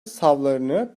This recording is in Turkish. savlarını